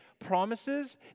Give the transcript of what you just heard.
promises